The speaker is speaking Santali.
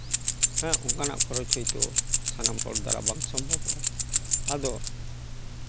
ᱦᱮᱸ ᱚᱱᱠᱟᱱᱟᱜ ᱠᱷᱚᱨᱚᱪ ᱦᱚᱭᱛᱳ ᱥᱟᱱᱟᱢ ᱦᱚᱲ ᱫᱟᱨᱟ ᱵᱟᱝ ᱥᱚᱢᱵᱷᱚᱵᱚᱜᱼᱟ ᱟᱫᱚ